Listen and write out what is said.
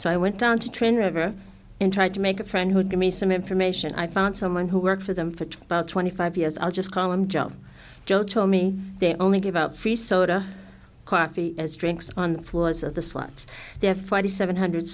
so i went down to train river and tried to make a friend who would give me some information i found someone who worked for them for about twenty five years i'll just call him joe joe told me they only give out free soda coffee as drinks on the floors of the slots they have forty seven hundred